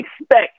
expect